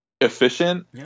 efficient